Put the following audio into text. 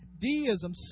Deism